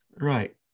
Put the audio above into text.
Right